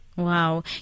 Wow